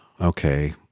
Okay